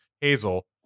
Hazel